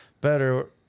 better